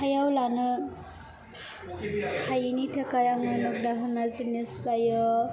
आखाइआव लानो हायैनि थाखाय आङो नग्दा होना जिनिस बायो